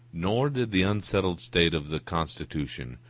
nor did the unsettled state of the constitution,